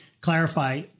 clarify